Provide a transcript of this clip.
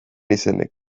izenek